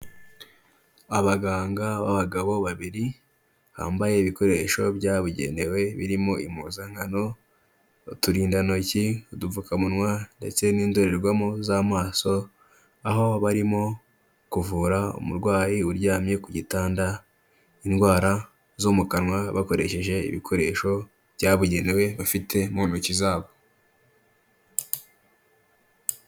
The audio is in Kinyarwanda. Abaganga b'abagabo babiri, bambaye ibikoresho byabugenewe, birimo impuzankano, uturindantoki udupfukamunwa, ndetse n'indorerwamo z'amaso, aho barimo kuvura umurwayi uryamye ku gitanda, indwara zo mu kanwa, bakoresheje ibikoresho byabugenewe bafite mu ntoki zabo.